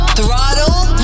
Throttle